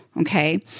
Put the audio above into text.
Okay